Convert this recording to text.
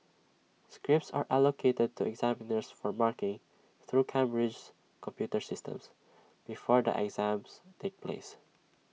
scripts are allocated to examiners for marking through Cambridge's computer systems before the exams take place